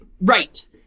Right